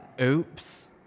oops